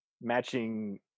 matching